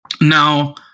Now